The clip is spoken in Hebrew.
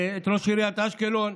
ואת ראש עיריית אשקלון.